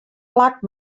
plak